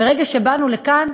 מרגע שבאנו לכאן,